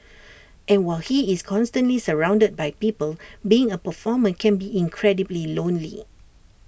and while he is constantly surrounded by people being A performer can be incredibly lonely